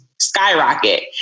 skyrocket